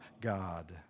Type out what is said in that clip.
God